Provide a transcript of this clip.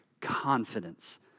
Confidence